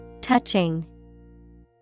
Touching